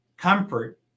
Comfort